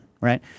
right